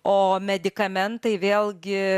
o medikamentai vėlgi